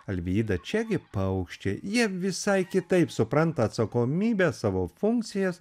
alvyda čiagi paukščiai jie visai kitaip supranta atsakomybę savo funkcijas